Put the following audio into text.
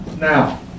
now